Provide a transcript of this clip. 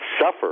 suffer